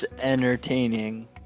entertaining